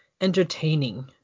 entertaining